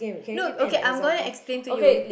no it's okay I'm going to explain to you